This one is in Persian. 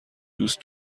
دوست